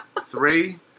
Three